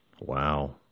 Wow